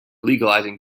legalizing